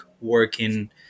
working